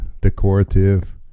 decorative